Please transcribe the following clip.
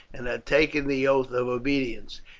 and had taken the oath of obedience.